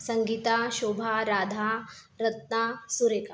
Sangeeta Shobha Radha Ratna Sureka